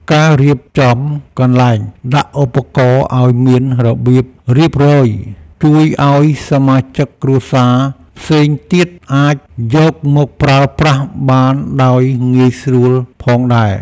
ការរៀបចំកន្លែងដាក់ឧបករណ៍ឱ្យមានរបៀបរៀបរយ ជួយឱ្យសមាជិកគ្រួសារផ្សេងទៀតអាចយកមកប្រើប្រាស់បានដោយងាយស្រួលផងដែរ។